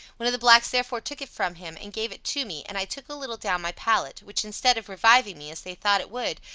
one of the blacks therefore took it from him and gave it to me, and i took a little down my palate, which, instead of reviving me, as they thought it would,